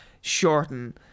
shorten